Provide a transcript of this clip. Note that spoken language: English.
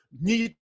need